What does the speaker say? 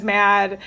mad